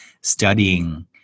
studying